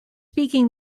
speaking